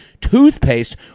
toothpaste